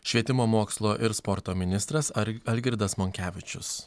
švietimo mokslo ir sporto ministras ar algirdas monkevičius